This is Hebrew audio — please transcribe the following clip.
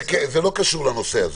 זה לא קשור לנושא הזה.